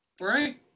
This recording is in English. Right